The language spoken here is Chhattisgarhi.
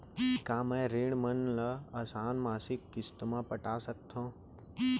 का मैं ऋण मन ल आसान मासिक किस्ती म पटा सकत हो?